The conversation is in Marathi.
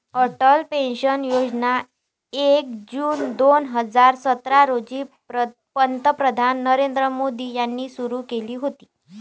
अटल पेन्शन योजना एक जून दोन हजार सतरा रोजी पंतप्रधान नरेंद्र मोदी यांनी सुरू केली होती